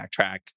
backtrack